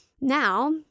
Now